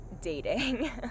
dating